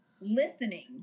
listening